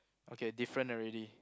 okay different already